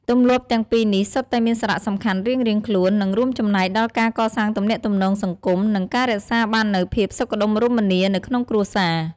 ទម្លាប់ទាំងពីរនេះសុទ្ធតែមានសារៈសំខាន់រៀងៗខ្លួន និងរួមចំណែកដល់ការកសាងទំនាក់ទំនងសង្គម និងការរក្សាបាននូវភាពសុខដុមរមនានៅក្នុងគ្រួសារ។